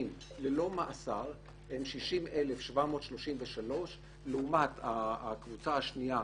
ללא מאסר הוא 60,733 לעומת הקבוצה השנייה